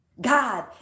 God